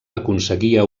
aconseguia